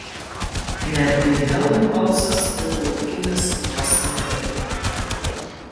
netgi helmholcas ir laukinis vos neverkė